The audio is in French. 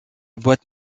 boîte